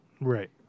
Right